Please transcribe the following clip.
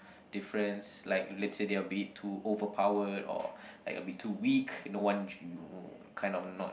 difference like let's say their made to overpowered or like a bit too weak you know one kind of not